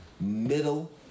middle